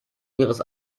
ihres